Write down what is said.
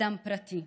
אדם פרטי,